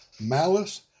malice